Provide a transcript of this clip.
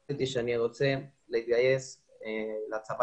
ולכן החלטתי שאני רוצה להתגייס לצבא